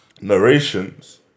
narrations